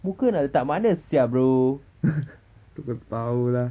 muka nak letak mana sia bro